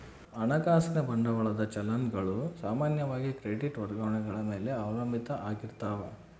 ಹಣಕಾಸಿನ ಬಂಡವಾಳದ ಚಲನ್ ಗಳು ಸಾಮಾನ್ಯವಾಗಿ ಕ್ರೆಡಿಟ್ ವರ್ಗಾವಣೆಗಳ ಮೇಲೆ ಅವಲಂಬಿತ ಆಗಿರ್ತಾವ